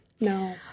No